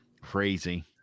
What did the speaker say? Crazy